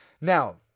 Now